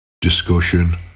discussion